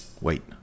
Wait